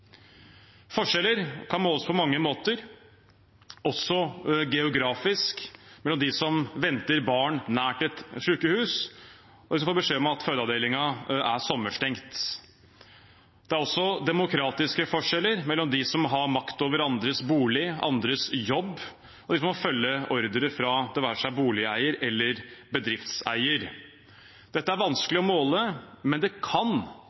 Forskjeller kan måles på mange måter, også geografisk mellom dem som venter barn nært et sykehus, og dem som får beskjed om at fødeavdelingen er sommerstengt. Det er også demokratiske forskjeller mellom dem som har makt over andres bolig, andres jobb, og dem som må følge ordre fra det være seg boligeier eller bedriftseier. Dette er vanskelig å måle, men det kan